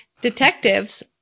detectives